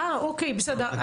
אה, בסדר.